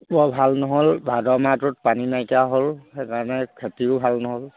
বৰ ভাল নহ'ল ভাদ মাহটোত পানী নাইকীয়া হ'ল সেইকাৰণে খেতিও ভাল নহ'ল